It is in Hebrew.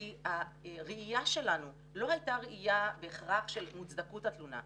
כי הראיה שלנו לא הייתה ראיה בהכרח של מוצדקות התלונה.